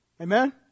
Amen